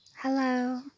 Hello